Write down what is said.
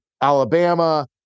Alabama